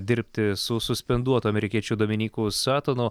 dirbti su suspenduotu amerikiečiu dominyku satonu